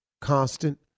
constant